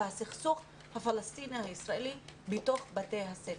והסכסוך הפלסטיני הישראלי בתוך בתי הספר.